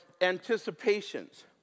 anticipations